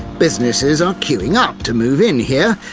businesses are queuing up to move in here.